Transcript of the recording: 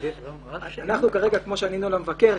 כמו שענינו למבקר,